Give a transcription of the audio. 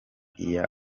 iya